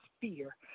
fear